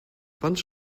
bunch